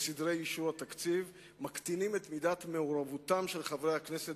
וסדרי אישור התקציב מקטינים את מידת מעורבותם של חברי הכנסת